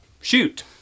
Shoot